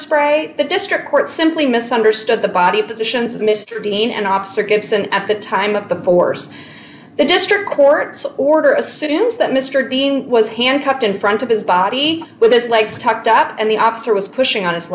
spray the district court simply misunderstood the body positions of mr dean and officer gibson at the time of the bourse the district court's order assumes that mr dean was handcuffed in front of his body with his legs tucked up and the opposite was pushing on his